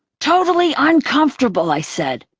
totally uncomfortable! i said.